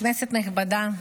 כנסת נכבדה,